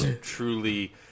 truly